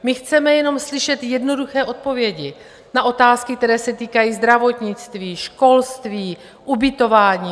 My chceme jenom slyšet jednoduché odpovědi na otázky, které se týkají zdravotnictví, školství, ubytování.